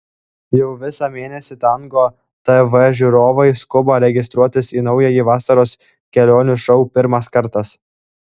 jau visą mėnesį tango tv žiūrovai skuba registruotis į naująjį vasaros kelionių šou pirmas kartas